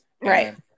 Right